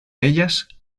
ellas